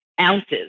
ounces